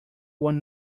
one